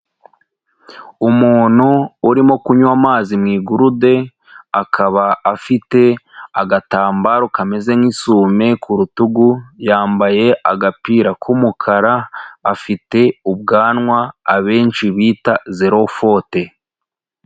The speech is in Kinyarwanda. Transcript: Umuntu urimo kunywa amazi mu igurude, akaba afite agatambaro kameze nk'isume ku rutugu, yambaye agapira k'umukara, afite ubwanwa abenshi bita zerofote.